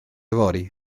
fory